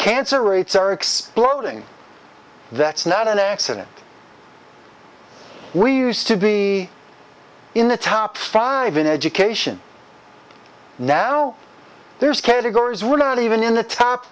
cancer rates are exploding that's not an accident we used to be in the top five in education now there's categories really not even in the top